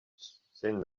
send